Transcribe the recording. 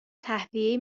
تهویه